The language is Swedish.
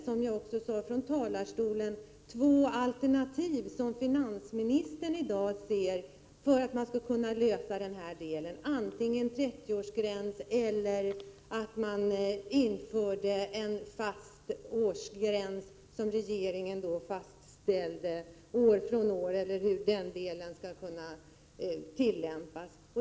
Som jag sade från talarstolen finns det två alternativ som finansministern ser i dag för att lösa frågan, antingen en 30-årsgräns eller en fast årsgräns som regeringen fastställer år från år.